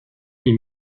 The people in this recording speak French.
les